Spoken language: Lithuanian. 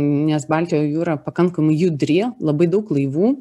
nes baltijos jūra pakankamai judri labai daug laivų